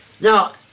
Now